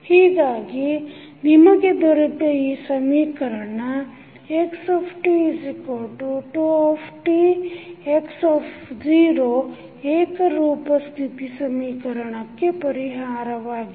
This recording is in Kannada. ಹೀಗಾಗಿ ನಿಮಗೆ ದೊರೆತ ಈ ಸಮೀಕರಣ xtφtx0 ಏಕರೂಪ ಸ್ಥಿತಿ ಸಮೀಕರಣಕ್ಕೆ ಪರಿಹಾರವಾಗಿದೆ